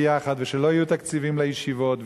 ושלא יהיו תקציבים לישיבות,